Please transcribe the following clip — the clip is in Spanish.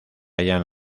hallan